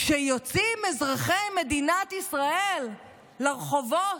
כשיוצאים אזרחי מדינת ישראל לרחובות,